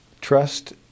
Trust